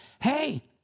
Hey